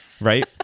right